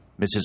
Mrs